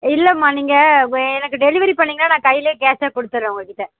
இல்லைம்மா நீங்கள் எனக்கு டெலிவரி பண்ணீங்கன்னா நான் கையிலேயே கேஷாக கொடுத்தர்றேன் உங்கக்கிட்டே